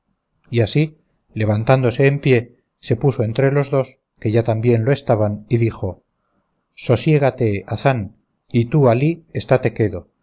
y así levantándose en pie se puso entre los dos que ya también lo estaban y dijo sosiégate hazán y tú alí estáte quedo